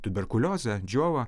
tuberkuliozę džiovą